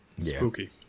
spooky